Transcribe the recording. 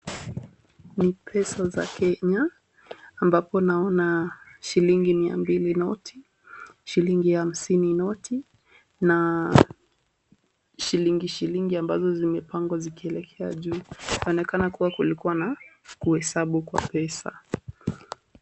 Ni pesa za Kenya ambapo naona shilingi mia mbili noti, shilingi hamsini noti na shilingi shilingi ambazo zimepandwa zikielekea juu. Inaonekana kua kulikua na kuhesabu kwa pesa.